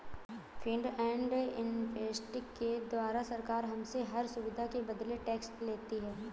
fees and effective के द्वारा सरकार हमसे हर सुविधा के बदले टैक्स लेती है